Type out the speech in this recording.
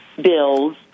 bills